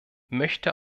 möchte